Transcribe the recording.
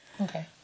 okay